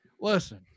Listen